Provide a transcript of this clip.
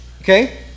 okay